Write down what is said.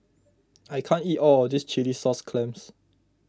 I can't eat all of this Chilli Sauce Clams